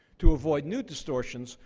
to avoid new distortions,